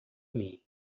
mim